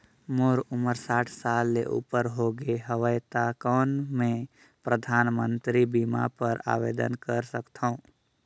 मोर उमर साठ साल ले उपर हो गे हवय त कौन मैं परधानमंतरी बीमा बर आवेदन कर सकथव?